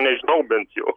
nežinau bent jau